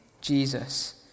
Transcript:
Jesus